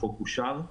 החוק אושר.